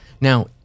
Now